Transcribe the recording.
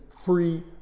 free